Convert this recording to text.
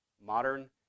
modern